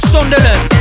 Sunderland